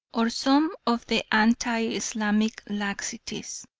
or some of the anti-islamic laxities,